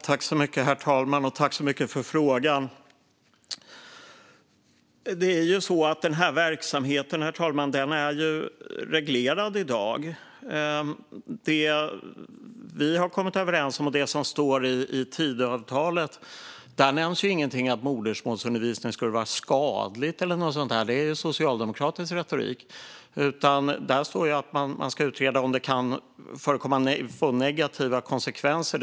Herr talman! Jag tackar så mycket för frågan. Den här verksamheten är ju reglerad i dag, herr talman. I det som vi har kommit överens om och i Tidöavtalet nämns ingenting om att modersmålsundervisningen skulle vara skadlig eller något sådant. Det är socialdemokratisk retorik. Det står att man ska utreda om det kan få negativa konsekvenser.